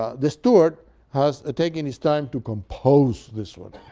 ah the steward has taken his time to compose this one,